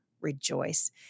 rejoice